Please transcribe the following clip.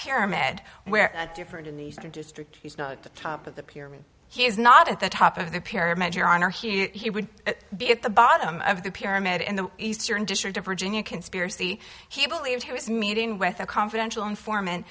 pyramid where different in the eastern district he's not the top of the pyramid he is not at the top of the pyramid your honor he would be at the bottom of the pyramid in the eastern district of virginia conspiracy he believed he was meeting with a confidential informant